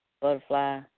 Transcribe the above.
Butterfly